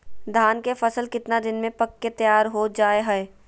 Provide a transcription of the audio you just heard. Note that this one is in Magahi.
धान के फसल कितना दिन में पक के तैयार हो जा हाय?